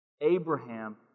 Abraham